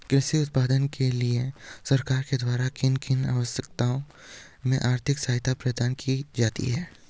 कृषि उत्पादन के लिए सरकार के द्वारा किन किन अवस्थाओं में आर्थिक सहायता प्रदान की जाती है?